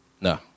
No